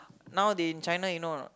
now they in China you know or not